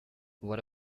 what